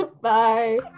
Bye